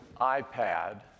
ipad